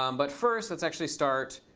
um but first, let's actually start